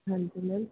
ਹਾਂਜੀ ਮੈਮ